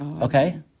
Okay